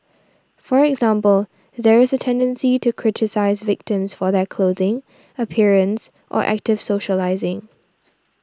for example there is a tendency to criticise victims for their clothing appearance or active socialising